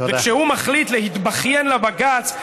וכשהוא מחליט להתבכיין לבג"ץ,